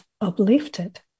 uplifted